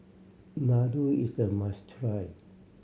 laddu is a must try